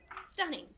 Stunning